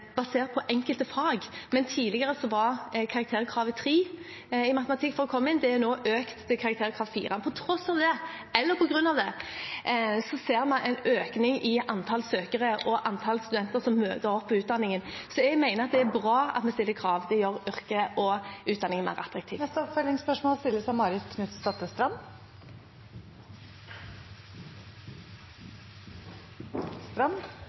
enkelte fag, men tidligere var karakterkravet 3 i matematikk for å komme inn. Det er nå økt til karakterkrav 4. På tross av det, eller på grunn av det, ser vi en økning i antall søkere og antall studenter som møter opp på utdanningen. Jeg mener det er bra at vi stiller krav for å gjøre yrket og utdanningen mer attraktiv. Det åpnes for oppfølgingsspørsmål – først Marit Knutsdatter